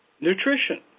Nutrition